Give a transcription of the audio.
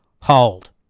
hold